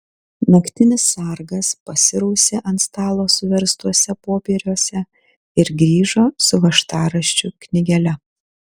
naktinis sargas pasirausė ant stalo suverstuose popieriuose ir grįžo su važtaraščių knygele